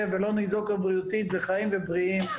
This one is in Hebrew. ולא ניזוקו בריאותית וחיים ובריאים.